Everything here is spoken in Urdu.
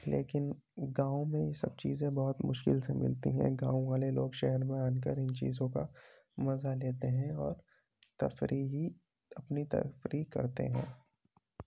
لیکن گاؤں میں یہ سب چیزیں بہت مشکل سے ملتی ہیں گاؤں والے لوگ شہر میں آن کر ان چیزوں کا مزہ لیتے ہیں اور تفریحی اپنی تفریح کرتے ہیں